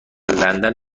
لندن